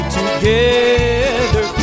together